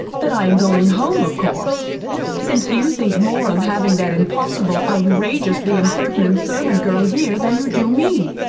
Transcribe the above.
that i am going home, of course since you think more of having that impossible, outrageously impertinent servant girl here than you do me.